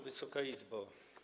Wysoka Izbo!